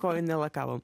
kojų nelakavom